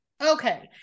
Okay